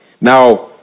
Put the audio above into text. now